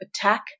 attack